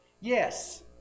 Yes